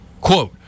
Quote